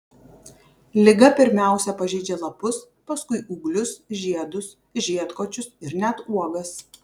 liga pirmiausia pažeidžia lapus paskui ūglius žiedus žiedkočius ir net uogas